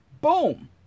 boom